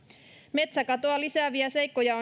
metsäkatoa lisääviä seikkoja